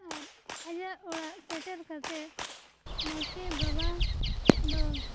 ᱟᱨ ᱟᱭᱟᱜ ᱚᱲᱟᱜ ᱥᱮᱴᱮᱨ ᱠᱟᱛᱮᱫ ᱱᱟᱭᱠᱮ ᱵᱟᱵᱟ ᱫᱚ